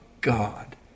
God